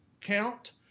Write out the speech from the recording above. count